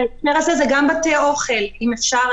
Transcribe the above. בהקשר הזה זה גם בתי אוכל, אם אפשר.